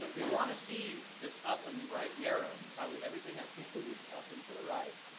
we want to see this up and right arrow, probably everything i do is up into the right,